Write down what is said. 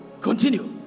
Continue